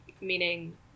meaning